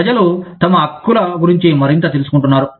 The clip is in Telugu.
ప్రజలు తమ హక్కుల గురించి మరింత తెలుసుకుంటున్నారు